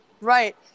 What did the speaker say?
Right